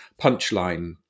punchline